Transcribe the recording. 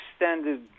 extended